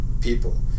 people